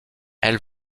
elle